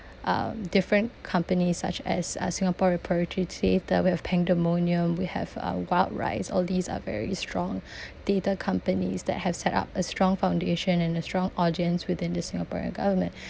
um different companies such as uh singapore repertory theatre then we have Pangdemonium we have uh Wild Rice all these are very strong theatre companies that have set up a strong foundation and a strong audience within the singaporean government